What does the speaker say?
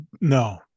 No